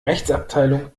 rechtsabteilung